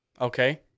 Okay